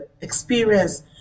experience